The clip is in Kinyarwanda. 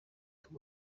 kandi